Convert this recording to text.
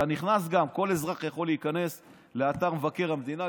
כל אזרח יכול להיכנס לאתר מבקר המדינה,